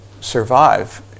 survive